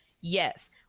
Yes